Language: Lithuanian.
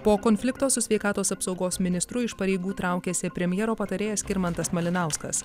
po konflikto su sveikatos apsaugos ministru iš pareigų traukiasi premjero patarėjas skirmantas malinauskas